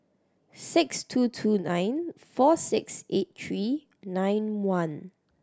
six two two nine four six eight three nine one